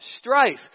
strife